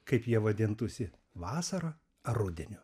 kaip jie vadintųsi vasara ar rudeniu